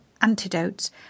antidotes